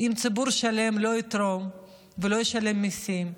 אם ציבור שלם לא יתרום ולא ישלם מיסים,